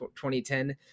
2010